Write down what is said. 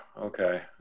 okay